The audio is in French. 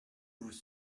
vous